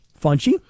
Funchy